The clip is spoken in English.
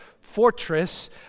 fortress